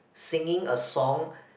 singing a song